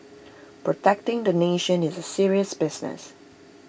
protecting the nation is serious business